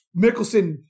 Mickelson